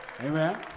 Amen